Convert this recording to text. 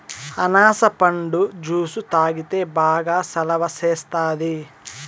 అనాస పండు జ్యుసు తాగితే బాగా సలవ సేస్తాది